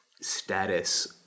status